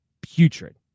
putrid